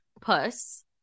puss